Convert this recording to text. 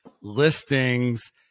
listings